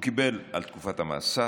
הוא קיבל זאת על תקופת המאסר,